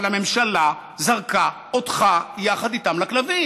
אבל הממשלה זרקה אותך יחד איתם לכלבים.